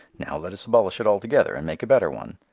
now let us abolish it altogether and make a better one.